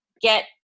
get